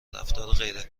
رفتار